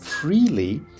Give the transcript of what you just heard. freely